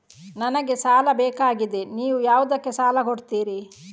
ನನಗೆ ಸಾಲ ಬೇಕಾಗಿದೆ, ನೀವು ಯಾವುದಕ್ಕೆ ಸಾಲ ಕೊಡ್ತೀರಿ?